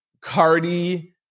Cardi